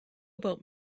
about